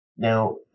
Now